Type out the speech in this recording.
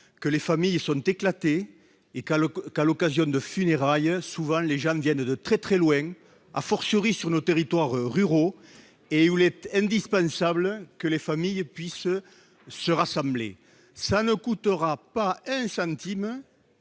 que les familles sont éclatées et qu'à l'eau qu'à l'occasion de funérailles, souvent, les gens viennent de très très loin, à fortiori sur nos territoires ruraux et Hewlett indispensable que les familles puissent se rassembler : ça ne coûtera pas un centime